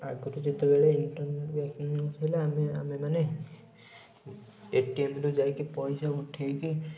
ଆଗରୁ ଯେତେବେଳେ internet banking ନଥିଲା ଆମେ ଆମେମାନେ ଏଟିଏମରୁ ଯାଇକି ପଇସା ଉଠାଇକି